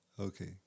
Okay